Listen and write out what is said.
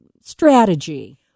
strategy